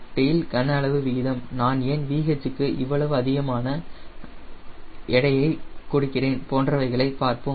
tail கன அளவு விகிதம் நான் ஏன் VH க்கு இவ்வளவு அதிகமான எடையைக் கொடுக்கிறேன் போன்றவைகளை பார்ப்போம்